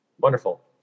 Wonderful